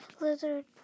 lizard